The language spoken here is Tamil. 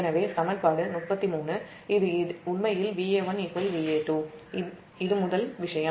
எனவே சமன்பாடு 33 இது உண்மையில் Va1 Va2 இது முதல் விஷயம்